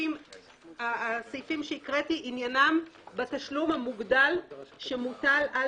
הסעיפים שהקראתי עניינם בתשלום המוגדל שמוטל על